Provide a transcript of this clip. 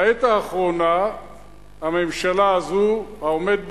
בעת האחרונה הממשלה הזו, העומד בראשה,